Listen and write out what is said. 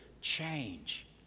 change